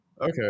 okay